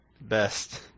best